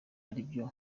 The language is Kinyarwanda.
aribyo